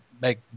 make